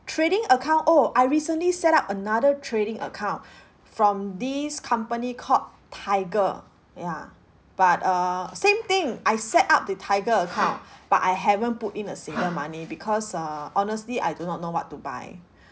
trading account oh I recently set up another trading account from this company called Tiger ya but err same thing I set up the Tiger account but I haven't put in a single money because err honestly I do not know what to buy